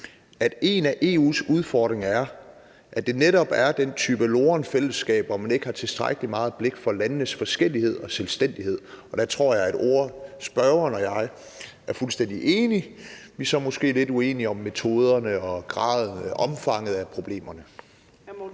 at en af EU's udfordringer er, at det netop er den type lorent fællesskab, hvor man ikke har tilstrækkelig meget blik for landenes forskellighed og selvstændighed. Og der tror jeg at spørgeren og jeg er fuldstændig enige. Vi er så måske lidt uenige om metoderne og graden og omfanget af problemerne.